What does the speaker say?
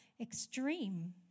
extreme